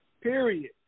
Period